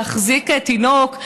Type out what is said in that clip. להחזיק תינוק,